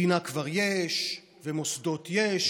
מדינה כבר יש ומוסדות יש,